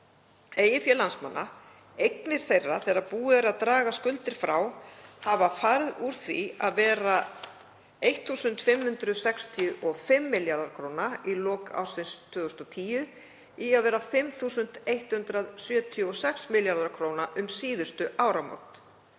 Eigið fé landsmanna, eignir þeirra þegar búið er að draga skuldir frá, hefur farið úr því að vera 1.565 milljarðar kr. í lok árs 2010 í að vera 5.176 milljarðar kr. um síðustu áramót.